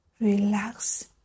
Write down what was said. relax